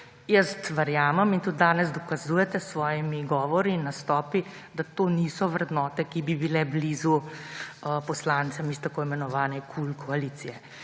Jaz verjamem – in to tudi danes dokazujete s svojimi govori in nastopi – da to niso vrednote, ki bi bile blizu poslancem iz tako imenovane koalicije